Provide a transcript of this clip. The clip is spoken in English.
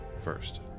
first